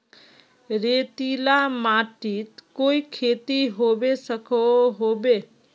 रेतीला माटित कोई खेती होबे सकोहो होबे?